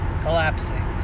collapsing